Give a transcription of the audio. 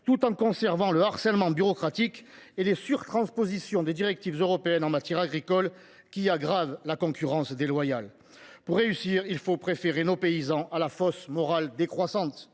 tout en poursuivant le harcèlement bureaucratique et la surtransposition des directives européennes en matière agricole qui aggravent la concurrence déloyale. Pour réussir, il faut préférer nos paysans à la fausse morale décroissante.